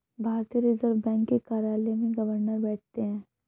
भारतीय reserve bank के कार्यालय में गवर्नर बैठते हैं